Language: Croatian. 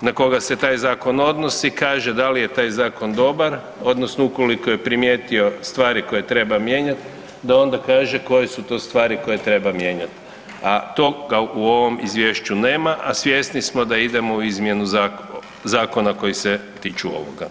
na koga se taj zakon odnosi kaže da li je taj zakon dobar odnosno ukoliko je primijetio stvari koje treba mijenjati da onda kaže koje su to stvari koje treba mijenjati, a toga u ovom izvješću nema, a svjesni smo da idemo u izmjenu zakona koji se tiču ovoga.